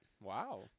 wow